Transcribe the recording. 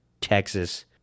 Texas